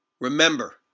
Remember